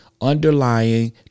underlying